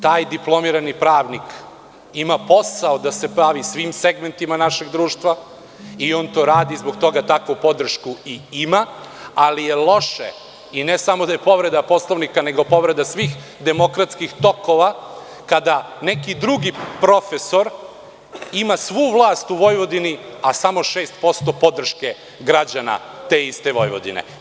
Taj diplomirani pravnik ima posao da se bavi svim segmentima našeg društva i on to radi i zbog toga takvu podršku i ima, ali je loše i ne samo da je povreda Poslovnika, nego je povreda svih demokratskih tokova, kada neki drugi profesor ima svu vlast u Vojvodini, a samo 6% podrške građana te iste Vojvodine.